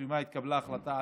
ובסיומה התקבלה החלטה,